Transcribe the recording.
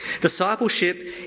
Discipleship